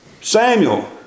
Samuel